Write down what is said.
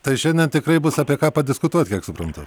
tai šiandien tikrai bus apie ką padiskutuot kiek suprantu